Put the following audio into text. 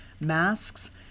masks